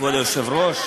כבוד היושב-ראש,